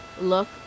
look